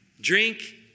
drink